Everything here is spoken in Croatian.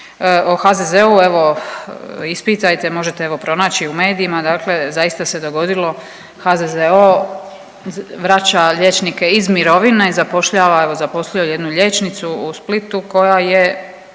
O HZZ-u evo ispitajte, možete evo pronaći u medijima. Dakle, zaista se dogodilo HZZO vraća liječnike iz mirovine, zapošljava evo zaposlio je jednu liječnicu u Splitu koja je